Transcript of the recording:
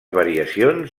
variacions